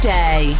day